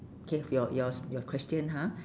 K for your yours your question ha